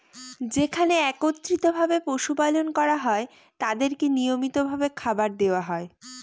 যেখানে একত্রিত ভাবে পশু পালন করা হয় তাদেরকে নিয়মিত ভাবে খাবার দেওয়া হয়